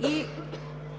и